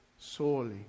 Sorely